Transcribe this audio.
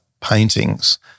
paintings